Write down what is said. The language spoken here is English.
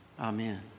Amen